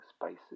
spices